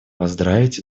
поздравить